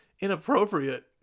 inappropriate